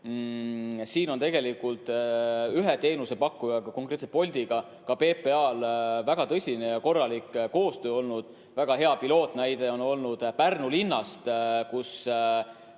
Siin on tegelikult ühe teenusepakkujaga, konkreetselt Boltiga, ka PPA-l väga tõsine ja korralik koostöö olnud. Väga hea pilootnäide on olnud Pärnu linnast, kus